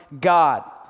God